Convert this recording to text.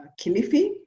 Kilifi